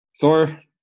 Thor